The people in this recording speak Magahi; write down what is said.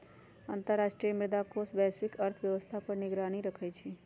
अंतर्राष्ट्रीय मुद्रा कोष वैश्विक अर्थव्यवस्था पर निगरानी रखइ छइ